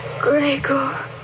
Gregor